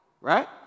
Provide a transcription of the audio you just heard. right